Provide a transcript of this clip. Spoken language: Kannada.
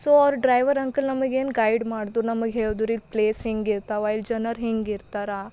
ಸೊ ಅವ್ರು ಡ್ರೈವರ್ ಅಂಕಲ್ ನಮಗೇನು ಗೈಡ್ ಮಾಡಿದ್ರು ನಮಗೆ ಹೇಳದು ರೀ ಈ ಪ್ಲೇಸ್ ಹಿಂಗಿರ್ತಾವ ಇಲ್ಲಿ ಜನರು ಹಿಂಗಿರ್ತಾರ